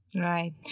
Right